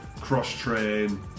cross-train